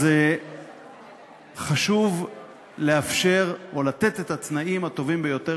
אז חשוב לאפשר או לתת את התנאים הטובים ביותר